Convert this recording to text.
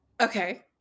Okay